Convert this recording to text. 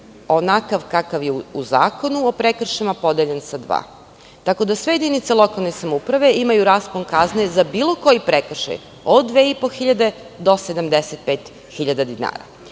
onakav kakav je u Zakonu o prekršajima podeljen sa dva. Sve jedinice lokalne samouprave imaju raspon kazne za bilo koji prekršaj od 2.500 do 75.000 dinara.U